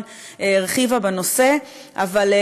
הכסף נמצא במשרד, לא, לא, לא,